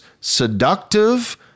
seductive